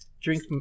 drink